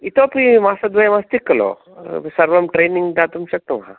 इतोपि मासद्वयम् अस्ति खलु सर्वं ट्रेनिंग् दातुं शक्नुम